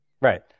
Right